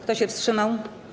Kto się wstrzymał?